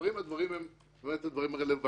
הדברים הם באמת הדברים הרלוונטיים,